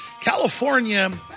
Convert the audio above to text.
California